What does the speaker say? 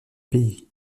pays